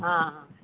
ହଁ ହଁ